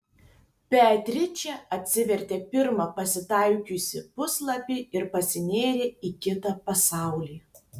beatričė atsivertė pirmą pasitaikiusį puslapį ir pasinėrė į kitą pasaulį